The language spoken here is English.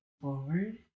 forward